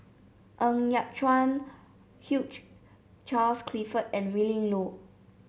Ng Yat Chuan Hugh Charles Clifford and Willin Low